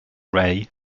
rae